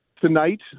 tonight